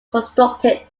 constructed